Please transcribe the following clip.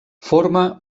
forma